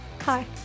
hi